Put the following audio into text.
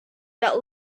that